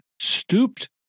stooped